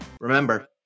Remember